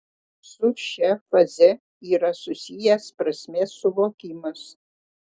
su šia faze yra susijęs prasmės suvokimas